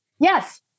Yes